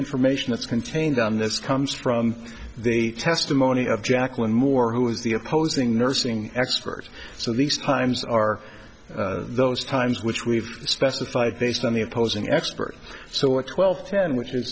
information that's contained on this comes from the testimony of jacqueline moore who is the opposing nursing expert so these times are those times which we've specified based on the opposing expert so what wealth ten which is